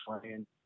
playing